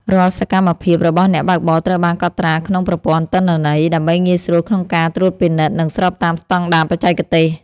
រាល់សកម្មភាពរបស់អ្នកបើកបរត្រូវបានកត់ត្រាក្នុងប្រព័ន្ធទិន្នន័យ ដើម្បីងាយស្រួលក្នុងការត្រួតពិនិត្យ និងស្របតាមស្តង់ដារបច្ចេកទេស។